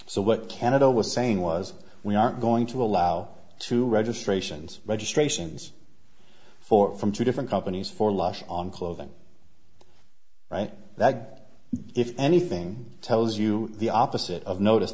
so what canada was saying was we aren't going to allow two registrations registrations for from two different companies for life on clothing right that if anything tells you the opposite of notice